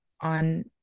on